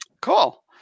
Cool